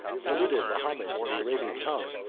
saluted mahomet in the arabian tongue,